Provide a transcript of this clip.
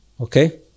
Okay